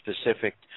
specific